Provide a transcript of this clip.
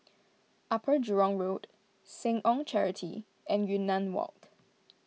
Upper Jurong Road Seh Ong Charity and Yunnan Walk